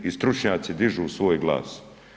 I stručnjaci dižu svoj glas.